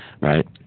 right